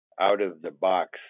out-of-the-box